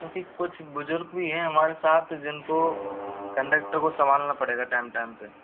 क्योंकि कुछ बुज़ुर्ग भी हैं हमारे साथ जिन को कन्डक्टर को संभालना पड़ेगा टाइम टाइम पर